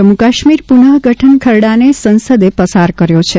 જમ્મુ કાશ્મીર પુનર્ગઠન ખરડાને સંસદે પસાર કર્યો છે